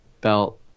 belt